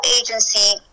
agency